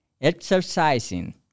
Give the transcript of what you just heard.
exercising